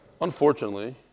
unfortunately